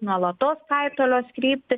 nuolatos kaitalios kryptį